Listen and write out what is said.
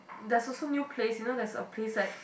there's also new place you know there's a place that